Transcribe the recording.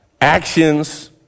actions